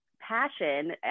passion